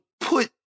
put